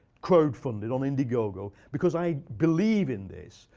crowdfunded on indiegogo because i believe in this.